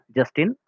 Justin